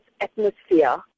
atmosphere